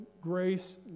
grace